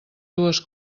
dues